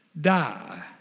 die